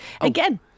again